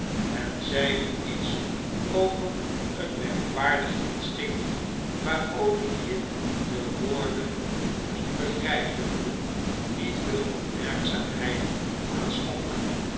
en zeide iets over een merkwaardig instinct waar olivier de woorden niet begrijpende niet veel opmerkzaamheid aan schonk